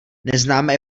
neznáme